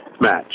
match